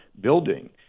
building